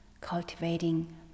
cultivating